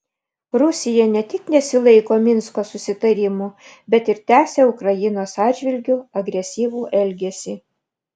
rusija ne tik nesilaiko minsko susitarimų bet ir tęsia ukrainos atžvilgiu agresyvų elgesį